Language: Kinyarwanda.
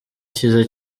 cyiza